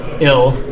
ill